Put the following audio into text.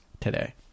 today